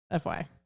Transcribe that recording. FY